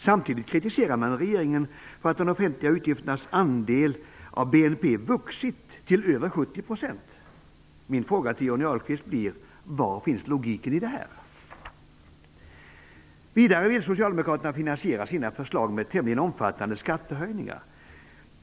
Samtidigt kritiserar man regeringen för att de offentliga utgifternas andel av BNP vuxit till över 70 %. Min fråga till Johnny Ahlqvist blir: Var finns logiken i detta? Vidare vill socialdemokraterna finansiera sina förslag med tämligen omfattande skattehöjningar.